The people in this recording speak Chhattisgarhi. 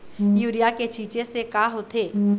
यूरिया के छींचे से का होथे?